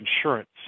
insurance